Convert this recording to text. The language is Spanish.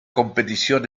competición